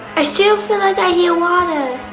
i still feel like i hear water.